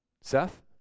Seth